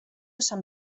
san